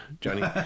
Johnny